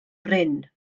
brin